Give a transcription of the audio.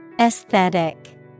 Aesthetic